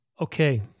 Okay